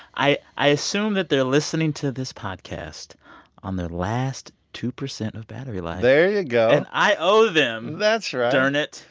i i assume that they're listening to this podcast on their last two percent of battery life there you go and i owe them. that's right. darn it.